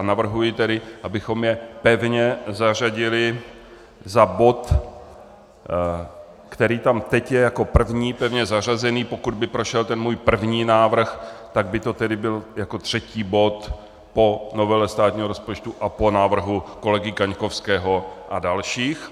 Navrhuji tedy, abychom je pevně zařadili za bod, který tam teď je jako první pevně zařazený, pokud by prošel ten můj první návrh, tak by to tedy byl jako třetí bod po novele státního rozpočtu a po návrhu kolegy Kaňkovského a dalších.